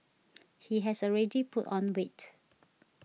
he has already put on weight